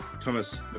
Thomas